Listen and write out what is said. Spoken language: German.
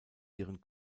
ihren